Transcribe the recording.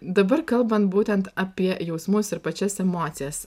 dabar kalbant būtent apie jausmus ir pačias emocijas